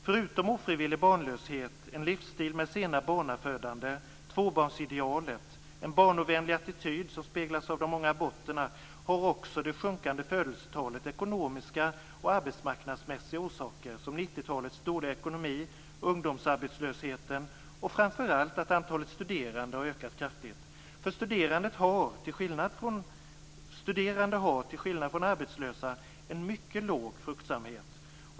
Förutom ofrivillig barnlöshet, en livsstil med senare barnafödande, tvåbarnsidealet, en barnovänlig attityd som speglas av de många aborterna, har också det sjunkande födelsetalet ekonomiska och arbetsmarknadsmässiga orsaker, som 90-talets dåliga ekonomi, ungdomsarbetslöshet och framför allt att antalet studerande har ökat kraftigt. Studerande har, till skillnad från arbetslösa, en mycket låg fruktsamhet.